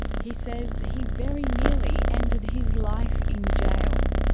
he says he very nearly ended his life in jail.